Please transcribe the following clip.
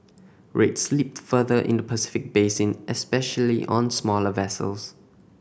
rates slipped further in the Pacific basin especially on smaller vessels